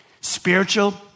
spiritual